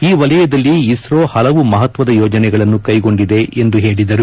ಈ ವಲಯದಲ್ಲಿ ಇಸ್ರೋ ಹಲವು ಮಹತ್ವದ ಯೋಜನೆಗಳನ್ನು ಕೈಗೊಂಡಿದೆ ಎಂದು ಹೇಳಿದರು